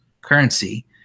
currency